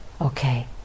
Okay